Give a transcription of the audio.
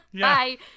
Bye